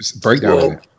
breakdown